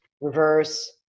reverse